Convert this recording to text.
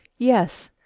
yes,